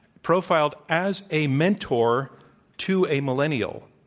profiled as a mentor to a millennial.